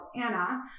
Anna